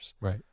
Right